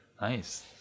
Nice